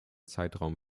zeitraum